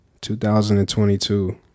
2022